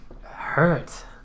hurt